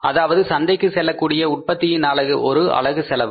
அதாவது சந்தைக்கு செல்லக்கூடிய உற்பத்தியின் ஒரு அலகு செலவு